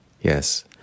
Yes